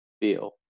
feel